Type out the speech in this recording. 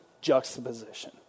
juxtaposition